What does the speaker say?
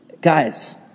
Guys